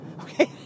okay